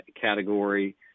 category